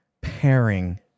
pairing